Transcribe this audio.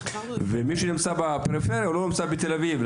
ומי שנמצא בפריפריה הוא לא נמצא בתל אביב,